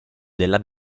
della